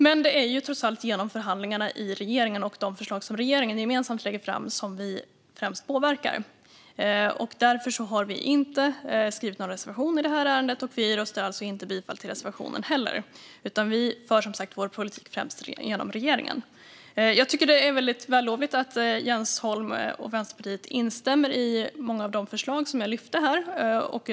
Men det är trots allt genom förhandlingarna i regeringen och de förslag som regeringen gemensamt lägger fram vi främst påverkar. Därför reserverar vi oss inte i detta ärende och yrkar alltså inte heller bifall till reservationen. Vi för som sagt vår politik främst genom regeringen. Det är vällovligt att Jens Holm och Vänsterpartiet instämmer i många av de förslag som jag lyfte fram.